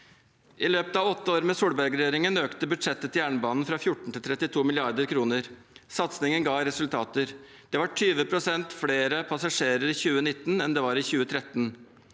I løpet av åtte år med Solberg-regjeringen økte budsjettet til jernbanen fra 14 mrd. kr til 32 mrd. kr. Satsingen ga resultater. Det var 20 pst. flere passasjerer i 2019 enn det var i 2013.